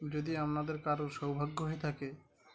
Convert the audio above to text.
যদি আপনাদের কারোর সৌভাগ্য হয়ে থাকে